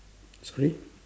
sorry